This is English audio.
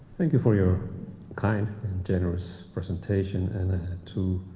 thank you for your kind and generous presentation and to